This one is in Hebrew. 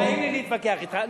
נעים לי להתווכח אתך.